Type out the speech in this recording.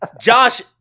Josh